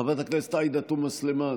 חברת הכנסת עאידה תומא סלימאן,